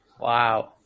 Wow